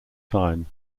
time